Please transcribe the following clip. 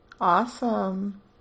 Awesome